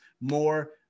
more